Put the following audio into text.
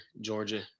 Georgia